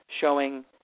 showing